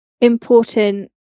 important